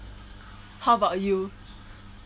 how about you